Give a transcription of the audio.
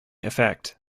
effect